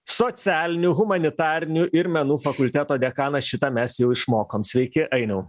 socialinių humanitarinių ir menų fakulteto dekanas šitą mes jau išmokom sveiki ainiau